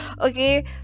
okay